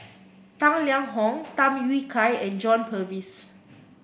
Tang Liang Hong Tham Yui Kai and John Purvis